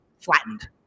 flattened